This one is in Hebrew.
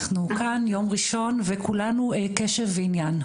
אנחנו כאן יום ראשון וכולנו קשב ועניין,